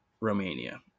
Romania